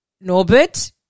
norbert